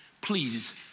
please